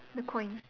the coin